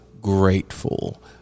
grateful